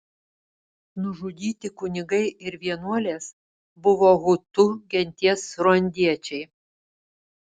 nužudyti kunigai ir vienuolės buvo hutu genties ruandiečiai